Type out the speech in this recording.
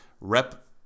rep